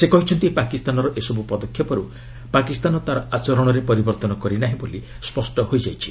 ସେ କହିଛନ୍ତି ପାକିସ୍ତାର ଏସବୁ ପଦକ୍ଷେପରୁ ପାକିସ୍ତାନ ତା'ର ଆଚରଣରେ ପରିବର୍ତ୍ତନ କରି ନାହିଁ ବୋଲି ସ୍ୱଷ୍ଟ ହୋଇଯାଇଛି